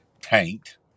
tanked